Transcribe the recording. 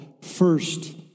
first